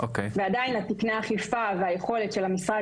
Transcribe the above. ועדיין תקני האכיפה והיכולת של המשרד